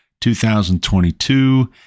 2022